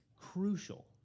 crucial